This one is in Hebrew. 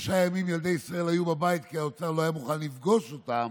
ששלושה ימים ילדי ישראל היו בבית כי האוצר לא היה מוכן לפגוש אותם,